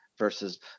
Versus